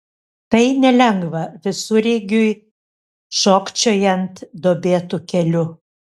tai nelengva visureigiui šokčiojant duobėtu keliu